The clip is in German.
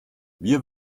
wir